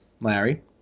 Larry